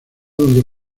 donde